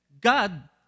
God